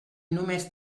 només